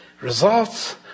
results